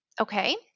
Okay